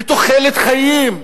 בתוחלת חיים,